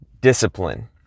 discipline